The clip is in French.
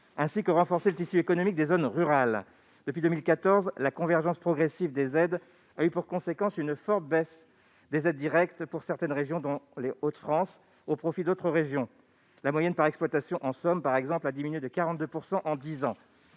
; renforcer le tissu économique des zones rurales. Depuis 2014, la convergence progressive des aides a eu pour conséquence une forte baisse des aides directes pour certaines régions, dont les Hauts-de-France, au profit d'autres régions. La moyenne par exploitation dans la Somme, par exemple, a diminué de 42 % en dix ans.